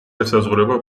ესაზღვრება